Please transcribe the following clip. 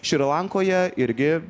šri lankoje irgi